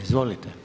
Izvolite.